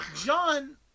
John